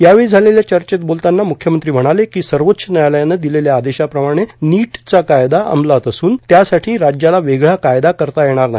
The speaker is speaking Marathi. यावेळी झालेल्या चर्चेत बोलताना मुख्यमंत्री म्हणाले की सर्वोच्च न्यायालयानं दिलेल्या आदेशाप्रमाणे नीटचा कायदा अंमलात असून त्यासाठी राज्याला वेगळा कायदा करता येणार नाही